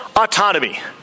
autonomy